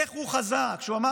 איך הוא חזה כשהוא אמר,